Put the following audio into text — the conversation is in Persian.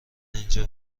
اینجا